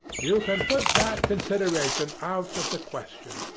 you can put that consideration out of the question.